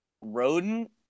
rodent